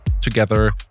together